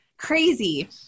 Crazy